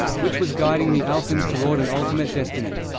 which was guiding the alphans toward an ultimate destiny.